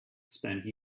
spent